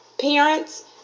Parents